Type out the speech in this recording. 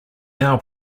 now